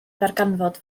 ddarganfod